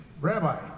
Rabbi